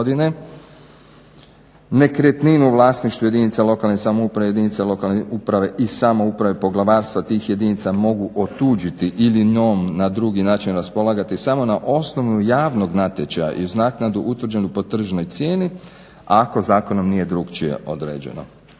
nekretninu u vlasništvu jedinica lokalne samouprave i jedinice lokalne uprave i samouprave, poglavarstva tih jedinica mogu otuđiti ili njom na drugi način raspolagati samo na osnovu javnog natječaja i uz naknadu utvrđenu po tržnoj cijeni ako zakonom nije drukčije određeno.